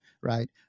right